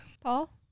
Paul